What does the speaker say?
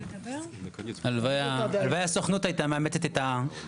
הוא בטח הביא את הנתונים שמסבירים למה צריך להביא את האנשים האלה לכאן,